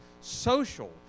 social